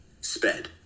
SPED